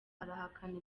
arahakana